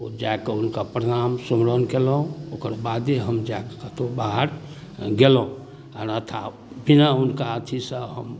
ओ जाकऽ हुनका प्रणाम सुमिरन केलहुँ ओकर बादे हम जाकऽ कतहु बाहर गेलहुँ अन्यथा बिना हुनका अथीसँ हम